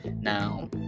Now